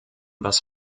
was